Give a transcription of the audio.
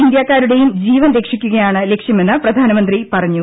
ഇന്ത്യക്കാരുടെയും ജീവൻ എല്ലാ രക്ഷിക്കുകയാണ് ലക്ഷ്യമെന്ന് പ്രധാനമന്ത്രി മോദി പറഞ്ഞു